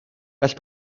gall